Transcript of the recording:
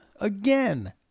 again